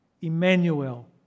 Emmanuel